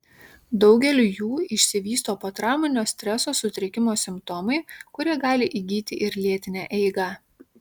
daugeliui jų išsivysto potrauminio streso sutrikimo simptomai kurie gali įgyti ir lėtinę eigą